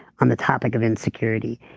on the topic of insecurity.